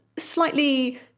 slightly